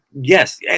yes